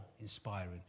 inspiring